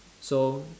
so